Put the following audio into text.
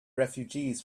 refugees